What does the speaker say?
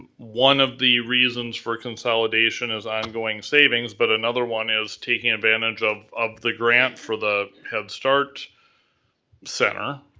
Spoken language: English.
one of the reasons for consolidation is i'm going savings, but another one is taking advantage of of the grant for the head start center,